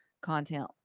content